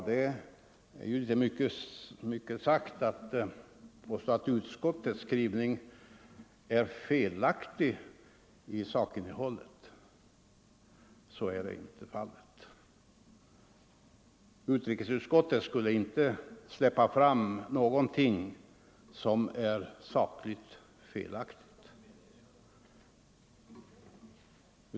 Det är mycket sagt att utskottets skrivning är i sak felaktig till sitt innehåll. Så är inte fallet. Utrikesutskottet skulle inte släppa fram någonting som är sakligt felaktigt.